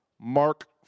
Mark